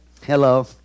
Hello